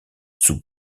sous